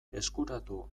eskuratu